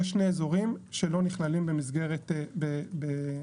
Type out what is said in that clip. יש שני אזורים שלא נכללים במסגרת הרישיונות,